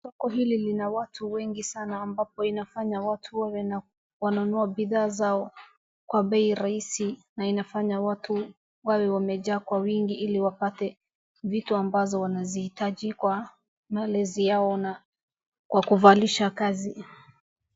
Soko hili lina watu wengi sana ambapo inafanya watu wanunue bidhaa zao kwa bei rahisi na inafanya watu wewe wamejaa kwa wingi ili wapate vitu ambazo wanazihitaji kwa malezi yao na kuvalisha kazi.